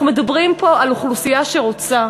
אנחנו מדברים פה על אוכלוסייה שרוצה,